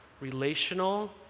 relational